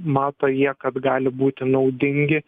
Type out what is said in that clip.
mato jie kad gali būti naudingi